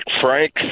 Frank